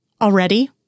Already